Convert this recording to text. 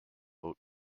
oat